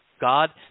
God